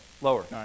Lower